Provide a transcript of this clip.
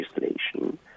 legislation